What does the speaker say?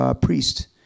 priest